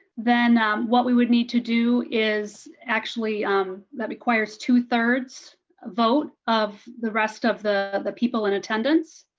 then what we would need to do is actually that requires two-thirds vote of the rest of the of the people in attendance.